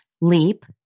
leap